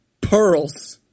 pearls